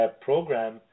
program